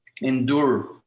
endure